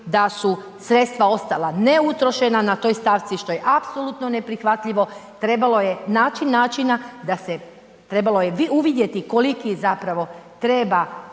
da su sredstva ostala neutrošena na toj stavci što je apsolutno neprihvatljivo, trebalo je naći način da se, trebalo je uvidjeti koliki zapravo treba